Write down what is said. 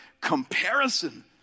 comparison